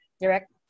direct